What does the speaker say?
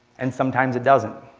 and sometimes it doesn't.